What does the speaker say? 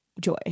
joy